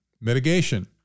Mitigation